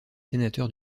sénateur